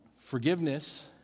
forgiveness